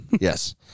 Yes